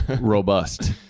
robust